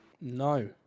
No